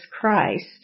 Christ